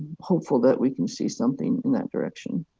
hopefully that we can see something in that direction?